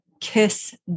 Kiss